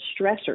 stressors